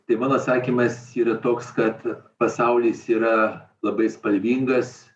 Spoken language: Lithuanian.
tai mano atsakymas yra toks kad pasaulis yra labai spalvingas